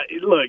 look